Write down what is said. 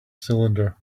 cylinder